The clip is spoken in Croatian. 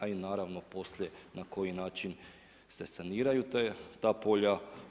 A i naravno, poslije i na koji način se saniraju ta polja.